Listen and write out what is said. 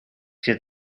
zet